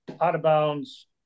out-of-bounds